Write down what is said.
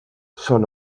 són